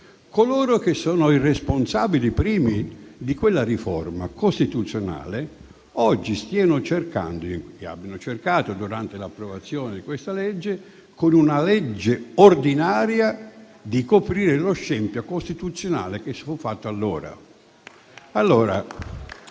coloro, che sono i responsabili primi di quella riforma costituzionale, oggi stiano cercando, e abbiano cercato durante l'approvazione di questa misura, di coprire lo scempio costituzionale che fu fatto allora